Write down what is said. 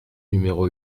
numéro